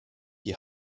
die